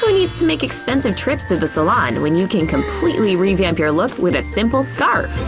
who needs to make expensive trips to the salon when you can completely revamp your look with a simple scarf?